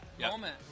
moment